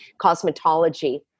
cosmetology